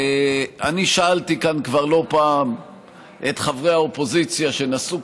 אני שאלתי כאן כבר לא פעם את חברי האופוזיציה שנשאו